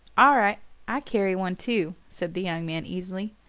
all right i carry one too, said the young man easily.